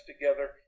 together